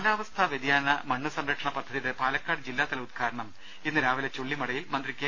കാലാവസ്ഥാ വൃതിയാന മണ്ണുസംരക്ഷണ പദ്ധതിയുടെ പാലക്കാട് ജില്ലാതല ഉദ്ഘാടനം ഇന്ന് രാവിലെ ചുള്ളിമടയിൽ മന്ത്രി കെ